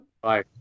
bye